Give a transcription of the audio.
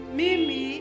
mimi